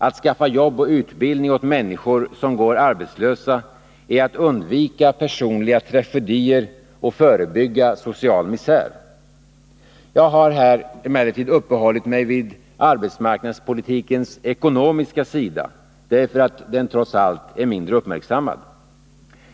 Att skaffa jobb och utbildning åt människor som går arbetslösa är att undvika personliga tragedier och förebygga social misär. Jag har här uppehållit mig vid arbetsmarknadspolitikens ekonomiska sida, därför att den trots allt är mindre uppmärksammad.